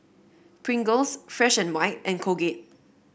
Pringles Fresh And White and Colgate